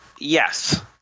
yes